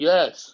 Yes